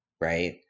Right